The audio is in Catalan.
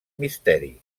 misteri